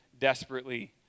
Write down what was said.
desperately